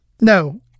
No